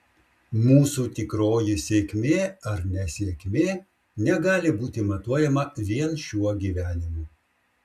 mūsų tikroji sėkmė ar nesėkmė negali būti matuojama vien šiuo gyvenimu